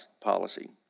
policy